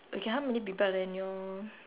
okay how many people are there in your